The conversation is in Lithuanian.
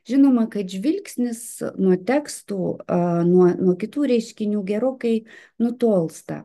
žinoma kad žvilgsnis nuo tekstų a nuo nuo kitų reiškinių gerokai nutolsta